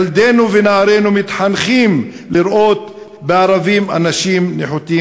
ילדינו ונערינו מתחנכים לראות בערבים אנשים נחותים,